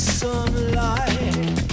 sunlight